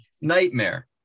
Nightmare